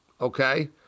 okay